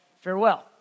farewell